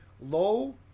low